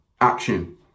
action